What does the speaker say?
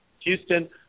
Houston